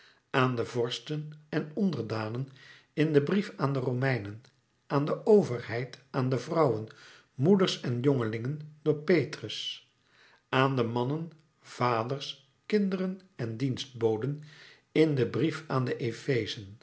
aan de vorsten en onderdanen in den brief aan de romeinen aan de overheid aan de vrouwen moeders en jongelingen door petrus aan de mannen vaders kinderen en dienstboden in den brief aan de